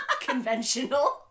conventional